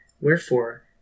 Wherefore